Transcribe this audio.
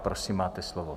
Prosím, máte slovo.